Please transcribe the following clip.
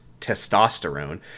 testosterone